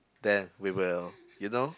then we will you know